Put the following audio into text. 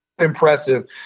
impressive